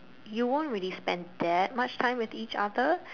you won't really spend that much time with each other